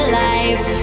life